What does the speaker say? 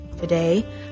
Today